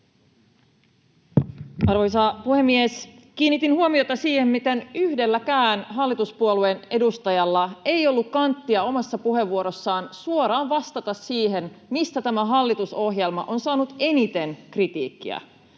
Arvoisa puhemies! Kiinnitin huomiota siihen, miten yhdelläkään hallituspuolueen edustajalla ei ollut kanttia omassa puheenvuorossaan suoraan vastata siihen, mistä tämä hallitusohjelma on saanut eniten kritiikkiä